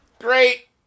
Great